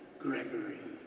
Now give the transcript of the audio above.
gregory,